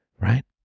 right